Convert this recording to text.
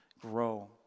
grow